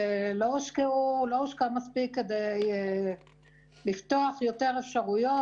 לא הושקע מספיק כדי לפתוח יותר אפשרויות,